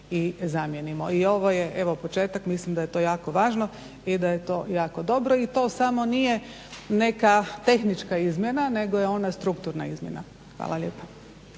i zamijenimo. I ovo je početak, mislim da je to jako važno i da je to jako dobro i to samo nije neka tehnička izmjena nego je ona strukturna izmjena. Hvala lijepa.